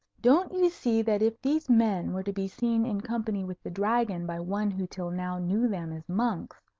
don't you see that if these men were to be seen in company with the dragon by one who till now knew them as monks,